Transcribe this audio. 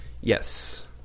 Yes